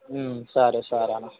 సరే సరే అన్న